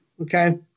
Okay